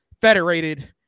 federated